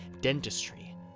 dentistry